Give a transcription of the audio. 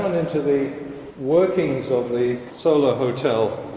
um into the workings of the solar hotel.